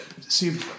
see